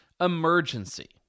emergency